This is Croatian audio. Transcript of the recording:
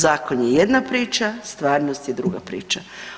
Zakon je jedna priča, stvarnost je druga priča.